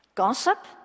Gossip